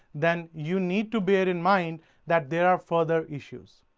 then you need to bear in mind that there are further issues.